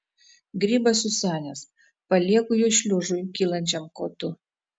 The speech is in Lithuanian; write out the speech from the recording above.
grybas susenęs palieku jį šliužui kylančiam kotu